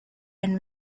and